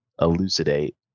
elucidate